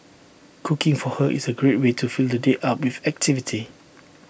cooking for her is A great way to fill the day up with activity